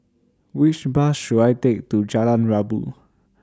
Which Bus should I Take to Jalan Rabu